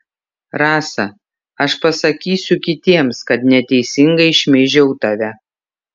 rasa aš pasakysiu kitiems kad neteisingai šmeižiau tave